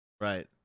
Right